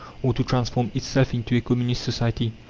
or to transform itself into a communist society.